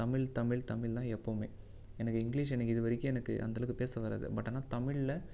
தமிழ் தமிழ் தமிழ் தான் எப்போவுமே எனக்கு இங்கிலீஷ் எனக்கு இதுவரைக்கும் எனக்கு அந்த அளவுக்கு பேச வராது பட் ஆனால் தமிழில்